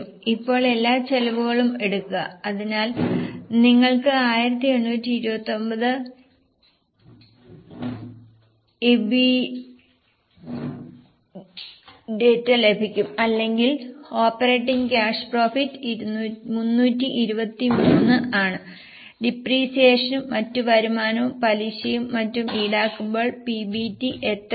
ഇപ്പോൾ എല്ലാ ചെലവുകളും എടുക്കുക അതിനാൽ നിങ്ങൾക്ക് 1829 EBIDTA ലഭിക്കും അല്ലെങ്കിൽ ഓപ്പറേറ്റിംഗ് ക്യാഷ് പ്രോഫിറ്റ് 323 ആണ് ഡിപ്രീസിയേഷനും മറ്റ് വരുമാനവും പലിശയും മറ്റും ഈടാക്കുമ്പോൾ PBT എത്രയാണ്